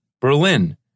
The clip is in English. Berlin